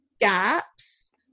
gaps